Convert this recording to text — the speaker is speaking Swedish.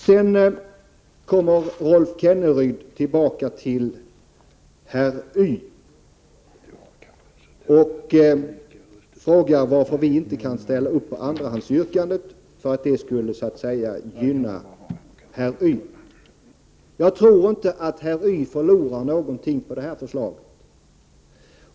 Sedan kommer Rolf Kenneryd tillbaka till herr Y och frågar varför vi inte kan ställa upp på andrahandsyrkandet, som skulle gynna herr Y. Jag tror inte att herr Y förlorar någonting på det här förslaget.